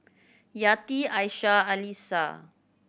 Yati Aisyah Alyssa